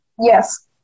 Yes